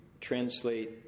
translate